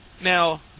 Now